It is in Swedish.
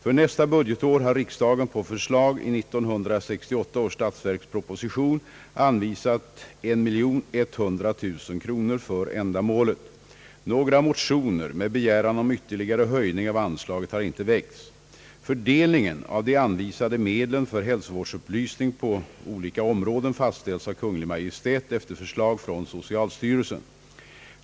För nästa budgetår har riksdagen på förslag i 1968 års statsverksproposition anvisat 1100 000 kronor för ändamålet. Några motioner med begäran om ytterligare höjning av anslaget har inte väckts. Fördelningen av de anvisade medlen för hälsovårdsupplysning på olika områden fastställs av Kungl. Maj:t efter förslag från socialstyrelsen.